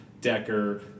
Decker